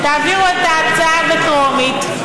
תעבירו את ההצעה הזאת בטרומית,